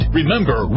Remember